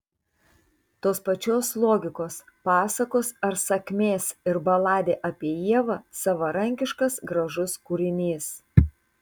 tos pačios logikos pasakos ar sakmės ir baladė apie ievą savarankiškas gražus kūrinys